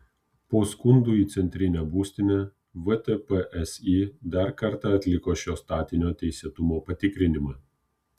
po skundų į centrinę būstinę vtpsi dar kartą atliko šio statinio teisėtumo patikrinimą